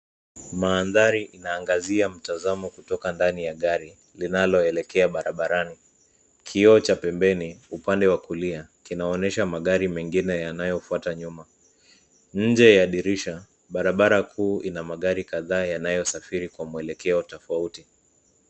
Mandhari inaangazia mtazamo kutoka ndani ya gari linaloelekea barabarani. Kioo cha pembeni, upande wa kulia, kinaonyesha magari mengine yanayofuata nyuma. Nje ya dirisha, barabara kuu ina magari kadhaa yanayosafiri kwa mwelekeo tofauti.